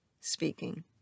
speaking